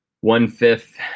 One-fifth